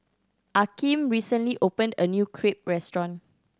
Akeem recently opened a new Crepe restaurant